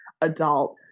adult